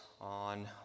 on